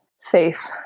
faith